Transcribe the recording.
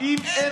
כי אין